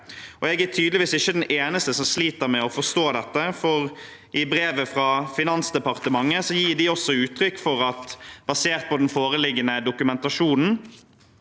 Jeg er tydeligvis ikke den eneste som sliter med å forstå dette, for i brevet fra Finansdepartementet gir de også uttrykk for at «[b]asert på foreliggende dokumentasjon